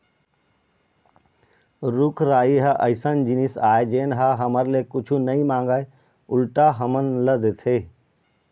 रूख राई ह अइसन जिनिस आय जेन ह हमर ले कुछु नइ मांगय उल्टा हमन ल देथे